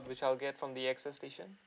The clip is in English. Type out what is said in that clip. which I'll get from the A S Xstation